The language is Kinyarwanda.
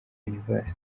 university